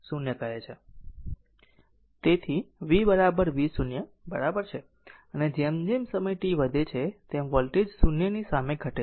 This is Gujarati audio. તેથી તે v v0 બરાબર છે અને જેમ જેમ સમય t વધે છે તેમ વોલ્ટેજ 0 ની સામે ઘટે છે